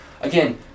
Again